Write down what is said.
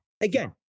Again